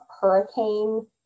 hurricane